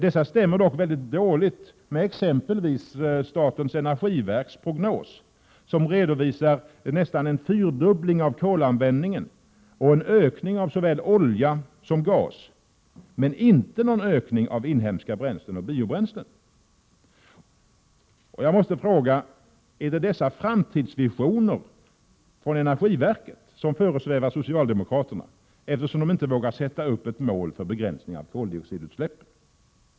Dessa stämmer dock väldigt dåligt med exempelvis statens energiverks prognos, som redovisar nästan en fyrdubbling av kolanvändningen och en ökning av såväl olja som gas — men ingen ökning av inhemska bränslen och biobränslen. Jag måste fråga: Är det dessa framtidsvisioner som föresvävar socialdemokraterna eftersom de inte vågar sätta upp ett mål för begränsning av koldioxidutsläppen?